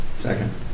Second